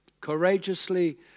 courageously